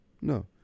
no